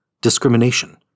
discrimination